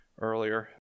earlier